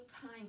time